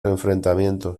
enfrentamientos